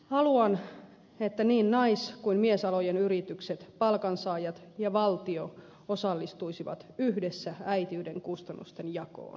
haluan että niin nais kuin miesalojen yritykset palkansaajat ja valtio osallistuisivat yhdessä äitiyden kustannusten jakoon